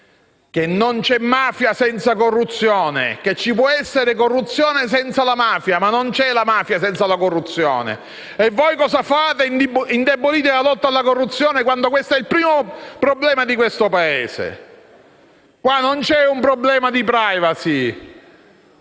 che non c'è mafia senza corruzione; che ci può essere corruzione senza la mafia, ma non c'è la mafia senza corruzione. E voi cosa fate? Indebolite la lotta alla corruzione quando questa è il primo problema di questo Paese. Qui non esiste alcun problema di *privacy*.